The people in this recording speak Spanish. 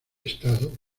estado